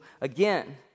again